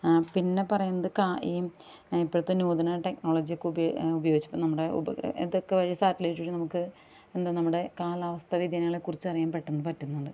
പിന്നെ പറയുന്നത് കാ ഈ ഇപ്പഴത്തെ നൂതനടെക്നോളജിയൊക്കെ ഉപയോ ഉപയോഗിച്ചിപ്പം നമ്മുടെ ഉപ ഇതൊക്കെ വഴി സാറ്റ്ലൈറ്റ് വഴി നമുക്ക് എന്താ കാലാവസ്ഥവ്യതിയാനങ്ങളെ കുറിച്ച് അറിയാൻ പെട്ടെന്ന് പറ്റുന്നുണ്ട്